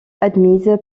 admise